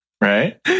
Right